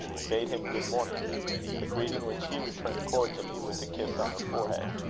bade him good morning a greeting which he returned cordially, with a kiss on her forehead.